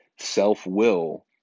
self-will